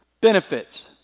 benefits